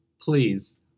Please